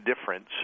difference